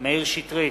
מאיר שטרית,